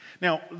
Now